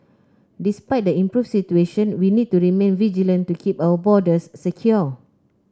despite the improved situation we need to remain vigilant to keep our borders secure